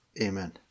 Amen